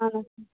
اَہَن حظ